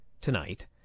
tonight